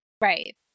Right